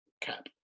CAP